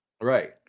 Right